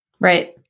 Right